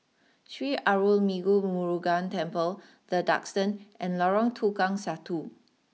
Sri Arulmigu Murugan Temple the Duxton and Lorong Tukang Satu